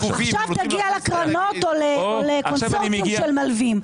עכשיו תגיע לקרנות או לקונצרנים שמלווים.